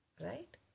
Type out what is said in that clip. Right